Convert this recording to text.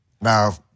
Now